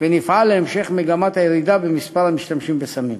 ונפעל להמשך מגמת הירידה במספר המשתמשים בסמים.